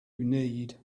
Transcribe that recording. need